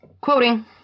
Quoting